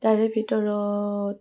তাৰে ভিতৰত